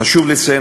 חשוב לציין,